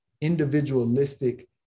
individualistic